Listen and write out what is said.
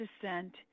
descent